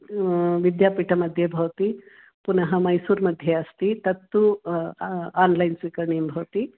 विद्यापीठमध्ये भवति पुनः मैसूर्मध्ये अस्ति तत्तु आन्लैन् स्वीकरणीया भवति